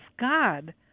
God